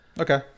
Okay